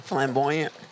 Flamboyant